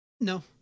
no